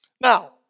Now